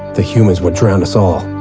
the humans would drown us all.